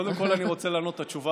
קודם כול אני רוצה לתת את התשובה